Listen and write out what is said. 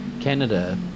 Canada